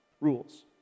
rules